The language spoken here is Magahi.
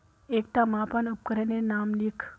एकटा मापन उपकरनेर नाम लिख?